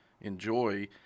enjoy